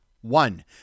One